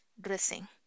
dressing